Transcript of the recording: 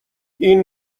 این